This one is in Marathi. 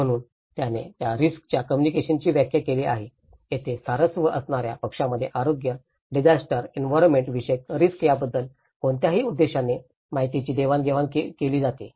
म्हणूनच त्याने ज्या रिस्क च्या कम्युनिकेशनाची व्याख्या केली आहे तेथे स्वारस्य असणार्या पक्षांमधील आरोग्य डिझास्टर एंवीरोन्मेन्ट विषयक रिस्क याबद्दल कोणत्याही उद्देशाने माहितीची देवाणघेवाण केली जाते